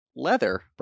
Leather